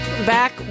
back